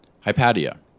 Hypatia